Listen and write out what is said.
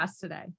today